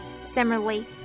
Similarly